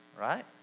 right